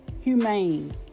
humane